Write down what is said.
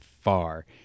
far